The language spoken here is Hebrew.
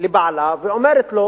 לבעלה ואומרת לו